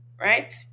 Right